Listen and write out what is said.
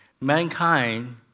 mankind